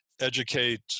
educate